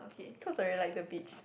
cause I really like the beach